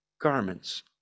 garments